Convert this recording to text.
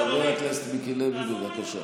חבר הכנסת מיקי לוי, בבקשה.